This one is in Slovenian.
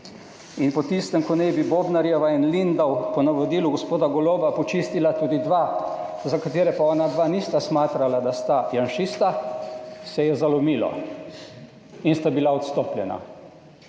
in po tistem, ko naj bi Bobnarjeva in Lindav po navodilu gospod Goloba počistila tudi dva, za katere pa onadva nista smatrala, da sta »janšista«, se je zalomilo in sta bila odstopljena.